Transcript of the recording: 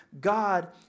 God